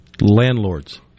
landlords